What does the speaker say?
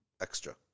extra